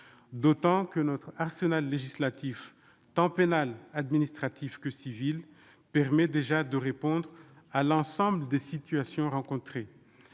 d'autant que notre arsenal législatif, tant pénal et administratif que civil, permet déjà de répondre à l'ensemble des situations rencontrées.